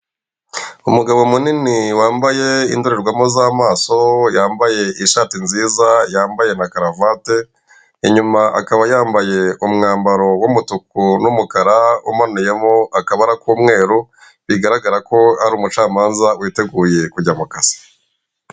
Umugabo munini wambaye indorerwamo z'amaso, yambaye ishati nziza, yambaye na karavate, inyuma akaba yambaye umwambaro w'umutuku n'umukara umanuyemo akabara k'umweru, bigaragara ko ari umucamanza witeguye kujya mu kazi.